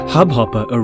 Hubhopper